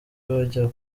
bajya